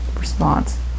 response